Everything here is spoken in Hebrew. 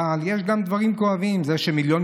אבל יש גם דברים כואבים: זה שמיליון